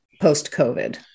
post-COVID